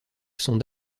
sont